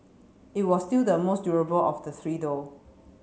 it was still the most durable of the three though